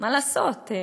מה לעשות,